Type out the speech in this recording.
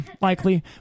Likely